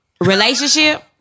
Relationship